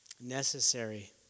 Necessary